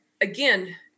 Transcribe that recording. again